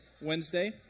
Wednesday